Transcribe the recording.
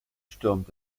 stürmt